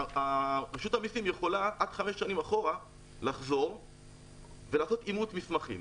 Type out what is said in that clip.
רשות המיסים יכולה עד חמש שנים אחורה לחזור ולעשות אימות מסמכים.